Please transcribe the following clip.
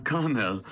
Carmel